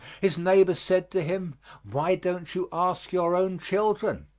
his neighbor said to him why don't you ask your own children?